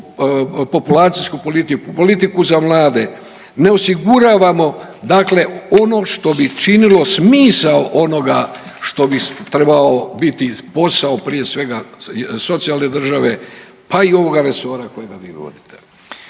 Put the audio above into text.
populacijsku politiku, politiku za mlade, ne osiguravamo dakle ono što bi činilo smisao onoga što bi trebao biti posao prije svega socijalne države, pa i ovoga resora kojega vi vodite.